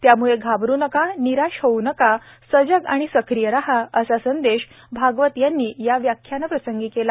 त्याम्ळे घाबरू नका निराश होऊ नका सजग आणि सक्रीय राहा असा संदेश भागवत यांनी या व्याख्यानाप्रसंगी दिला